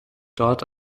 dort